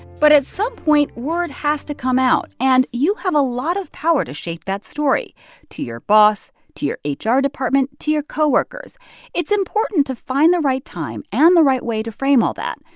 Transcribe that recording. but at some point, word has to come out. and you have a lot of power to shape that story to your boss, to your ah hr department, to your coworkers it's important to find the right time and the right way to frame all that,